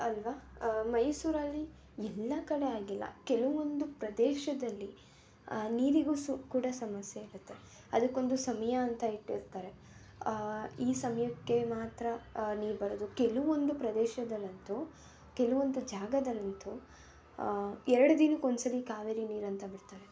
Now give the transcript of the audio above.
ಅಲ್ವಾ ಮೈಸೂರಲ್ಲಿ ಎಲ್ಲ ಕಡೆ ಆಗಿಲ್ಲ ಕೆಲವೊಂದು ಪ್ರದೇಶದಲ್ಲಿ ನೀರಿಗೂ ಸು ಕೂಡ ಸಮಸ್ಯೆ ಇರುತ್ತೆ ಅದಕ್ಕೊಂದು ಸಮಯ ಅಂತ ಇಟ್ಟಿರ್ತಾರೆ ಈ ಸಮಯಕ್ಕೆ ಮಾತ್ರ ನೀರು ಬರೋದು ಕೆಲವೊಂದು ಪ್ರದೇಶದಲ್ಲಂತೂ ಕೆಲವೊಂದು ಜಾಗದಲ್ಲಂತೂ ಎರಡು ದಿನಕ್ಕೆ ಒಂದು ಸಲ ಕಾವೇರಿ ನೀರು ಅಂತ ಬಿಡ್ತಾರೆ